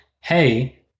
hey